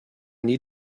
need